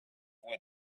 what